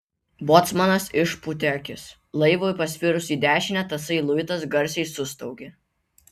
bocmanas išpūtė akis laivui pasvirus į dešinę tasai luitas garsiai sustaugė